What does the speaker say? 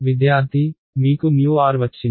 విద్యార్థి మీకు r వచ్చింది